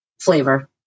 flavor